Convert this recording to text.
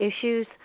issues